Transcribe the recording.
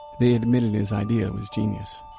they admitted his idea was genius,